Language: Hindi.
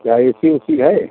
क्या ए सी वेसी है